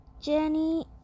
Jenny